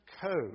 code